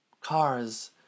cars